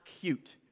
cute